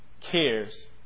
cares